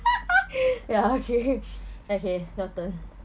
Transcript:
ya okay okay your turn